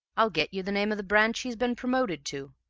i'll get you the name of the branch he's been promoted to,